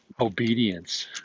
obedience